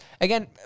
Again